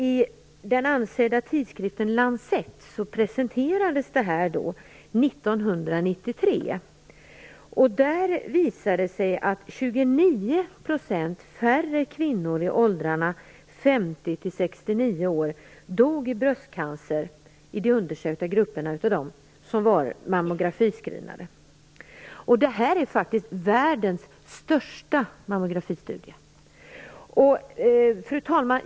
I den ansedda tidskriften Lancet presenterades resultatet 1993. Det visade sig att 29 % färre kvinnor i åldrarna 50-69 år dött i bröstcancer i de undersökta grupperna som var mammografiscreenade. Detta är faktiskt världens största mammografistudie. Fru talman!